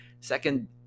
second